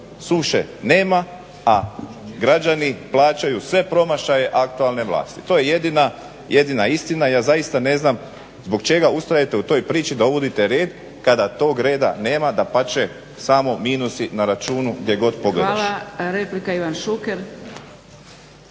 suše nema, a građani plaćaju sve promašaje aktualne vlasti. To je jedina istina. Ja zaista ne znam zbog čega ustrajete u toj priči da uvodite red kada tog reda nema, dapače samo minusi na računu gdje god pogledaš. **Zgrebec, Dragica